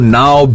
now